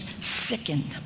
sickened